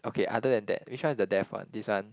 okay other than that which one is the deaf one this one